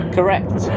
Correct